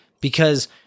because-